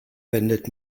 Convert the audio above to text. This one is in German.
wendet